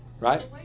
right